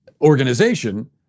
organization